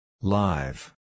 Live